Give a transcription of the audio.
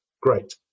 great